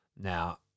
Now